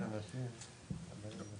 אבל התקיים הליך גישור בתיק הזה ואני הייתי נוכחת.